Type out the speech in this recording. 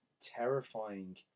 terrifying